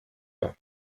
pas